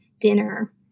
dinner